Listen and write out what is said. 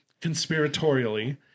conspiratorially